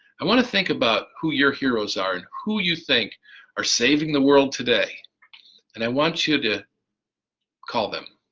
i want to think about who your heroes are and who you think are saving the world today today and i want you to call them